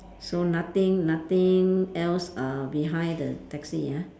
so nothing nothing else uh behind the taxi ah